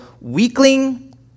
weakling